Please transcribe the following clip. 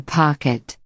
pocket